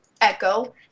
Echo